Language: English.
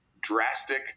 drastic